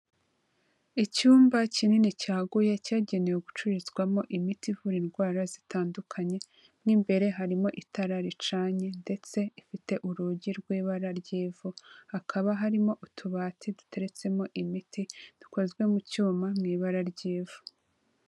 Icyumba kinini cyaguye cyagenewe gucururizwamo imiti ivura indwara zitandukanye n'imbere harimo itara ricanye ndetse ifite urugi rw'ibara ry'ivu, hakaba harimo utubati duteretsemo imiti dukozwe mu cyuma mu ibara ry'ivu.